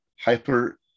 hyper